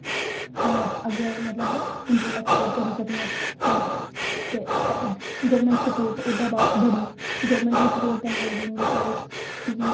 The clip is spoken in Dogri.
अग्गैं मतलव इंपोर्ट ऐक्सपोर्ट करी सकने ठीक ऐ ते गौरमैंट स्पोट ओह्दै बाद च बड़ी गौरमैंट बी स्पोट करन लगी उंदै सारैं च कि के